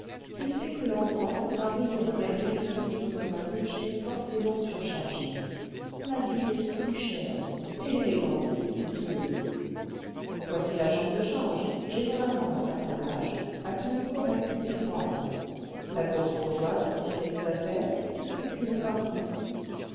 qui spécule en grand pour arriver à mettre l'équilibre dans un budget forcément surchargé la vie est si chère et l'élégance si coûteuse voici l'agente de change généralement d'un certain âge à tenue correcte et froide la grosse bourgeoise retirée des affaires qui spécule par goût